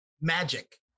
magic